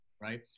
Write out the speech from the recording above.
right